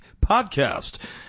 podcast